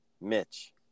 mitch